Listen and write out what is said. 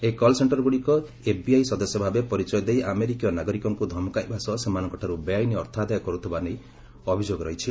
ଏହି କଲ୍ ସେଶ୍ଚରଗୁଡ଼ିକ ଏଫ୍ବିଆଇ ସଦସ୍ୟ ଭାବେ ପରିଚୟ ଦେଇ ଆମେରିକୀୟ ନାଗରିକଙ୍କୁ ଧମକାଇବା ସହ ସେମାନଙ୍କଠାରୁ ବେଆଇନ ଅର୍ଥ ଆଦାୟ କରୁଥିବା ନେଇ ଅଭିଯୋଗ ରହିଛି